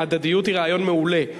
ההדדיות היא רעיון מעולה,